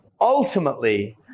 Ultimately